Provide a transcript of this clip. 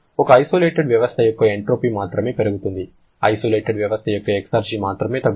ఒక ఐసోలేటెడ్ వ్యవస్థ యొక్క ఎంట్రోపీ మాత్రమే పెరుగుతుంది ఐసోలేటెడ్ వ్యవస్థ యొక్క ఎక్సర్జి మాత్రమే తగ్గుతుంది